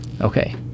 okay